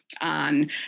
on